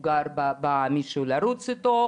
הוא גר ב'מישהו לרוץ איתו',